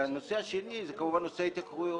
והנושא השני הוא נושא ההתייקרויות.